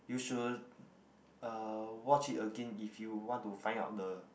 you should uh watch it again if you want to find out the